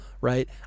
Right